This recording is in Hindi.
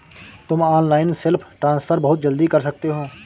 तुम ऑनलाइन सेल्फ ट्रांसफर बहुत जल्दी कर सकते हो